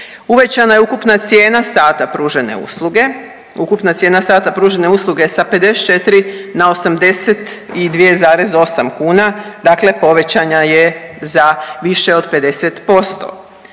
usluge, ukupna cijena sta pružene usluge sa 54 na 82,8 kuna, dakle povećana je za više od 50%,